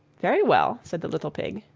very well, said the little pig,